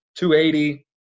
280